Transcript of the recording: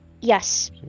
Yes